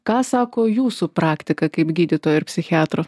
ką sako jūsų praktika kaip gydytojo ir psichiatro